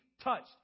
touched